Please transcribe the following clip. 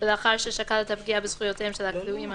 ולאחר ששקל את הפגיעה בזכויותיהם של הכלואים ,